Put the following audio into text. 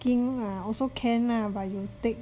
walking ah also can lah but you take